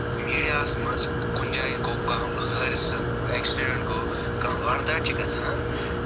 میٖڈیاہَس منٛز کُنہِ جایہِ گوٚو کانٛہہ حٲرثہٕ اٮ۪کسِڈٮ۪نٛٹ گوٚو کانٛہہ واردات چھِ گژھان